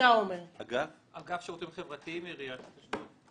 אגף שירותים חברתיים בעיריית אשדוד.